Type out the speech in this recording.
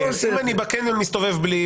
אם בקניון אני מסתובב בלי,